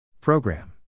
program